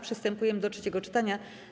Przystępujemy do trzeciego czytania.